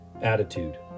attitude